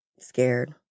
scared